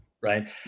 right